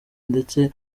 ndetse